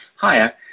hiya